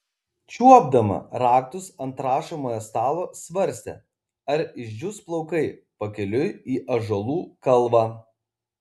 čiuopdama raktus ant rašomojo stalo svarstė ar išdžius plaukai pakeliui į ąžuolų kalvą